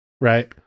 right